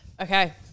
Okay